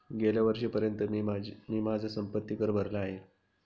गेल्या वर्षीपर्यंत मी माझा संपत्ति कर भरला आहे